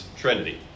Trinity